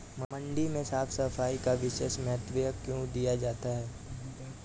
मंडी में साफ सफाई का विशेष महत्व क्यो दिया जाता है?